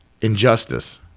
Injustice